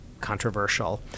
controversial